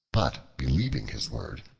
but believing his word,